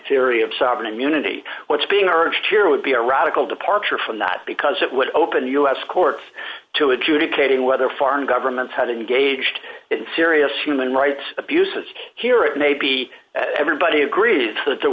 theory of sovereign immunity what's being urged here would be a radical departure from that because it would open the u s courts to adjudicating whether foreign governments have engaged in serious human rights abuses here it may be that everybody agrees that there